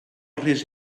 risc